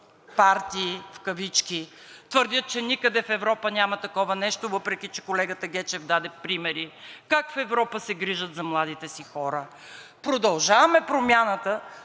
партии в кавички твърдят, че никъде в Европа няма такова нещо, въпреки че колегата Гечев даде примери как в Европа се грижат за младите си хора. „Продължаваме Промяната“,